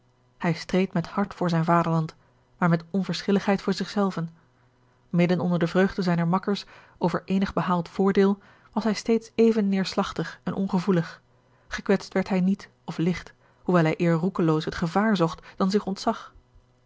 hij streed met hart voor zijn vaderland maar met onverschilligheid voor zich zelven midden onder de vreugde zijner makkers over eenig behaald voordeel was hij steeds even neêrslagtig en ongevoelig gekwetst werd hij niet of ligt hoewel hij eer roekeloos het gevaar zocht dan zich ontzag